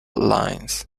lines